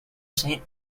saint